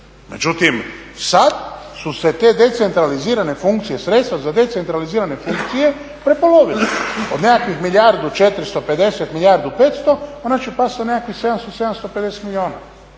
Međutim sada su se te decentralizirane funkcija, sredstva za decentralizirane funkcije prepolovile od nekakvih milijardu 450, milijardu 500 one će pasti na nekakvih 700, 750 milijuna